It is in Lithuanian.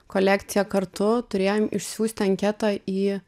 kolekciją kartu turėjom išsiųst anketą į